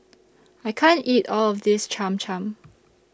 I can't eat All of This Cham Cham